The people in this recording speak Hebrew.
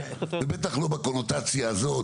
ובטח לא בקונוטציה הזאת,